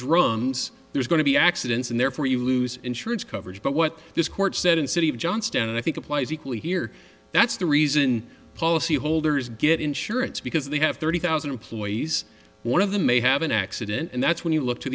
drones there's going to be accidents and therefore you lose insurance coverage but what this court said in city of johnstone and i think applies equally here that's the reason policyholders get insurance because they have thirty thousand employees one of them may have an accident and that's when you look to